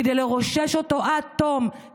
כדי לרושש אותו עד תום,